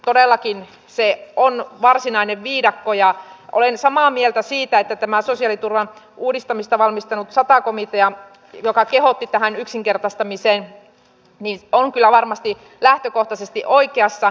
todellakin se on varsinainen viidakko ja olen samaa mieltä siitä että tämä sosiaaliturvan uudistamista valmistellut sata komitea joka kehotti tähän yksinkertaistamiseen on kyllä varmasti lähtökohtaisesti oikeassa